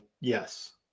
yes